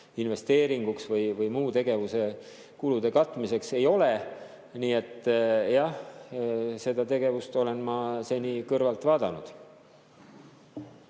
investeeringuks või muu tegevuse kulude katmiseks, ei ole. Nii et jah, seda tegevust olen ma seni kõrvalt vaadanud.